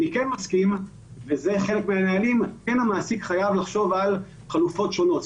אני כן מסכים שהמעסיק כן חייב לחשוב על חלופות שונות.